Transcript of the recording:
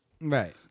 Right